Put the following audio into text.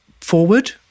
forward